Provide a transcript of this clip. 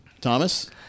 Thomas